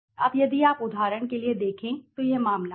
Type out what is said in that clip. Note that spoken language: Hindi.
अब यदि आप उदाहरण के लिए देखें तो यह मामला है